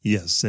Yes